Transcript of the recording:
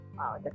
Wow